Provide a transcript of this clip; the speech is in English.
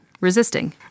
resisting